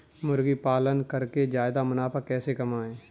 मुर्गी पालन करके ज्यादा मुनाफा कैसे कमाएँ?